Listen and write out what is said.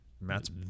Matt's